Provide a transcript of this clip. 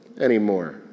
anymore